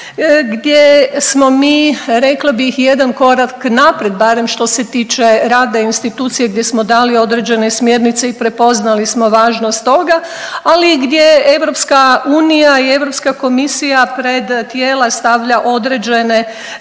gdje smo mi rekli bi jedan korak naprijed barem što se tiče rada institucije gdje smo dali određene smjernice i prepoznali smo važnost toga, ali i gdje EU i Europska komisija pred tijela stavlja određene